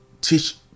teach